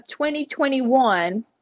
2021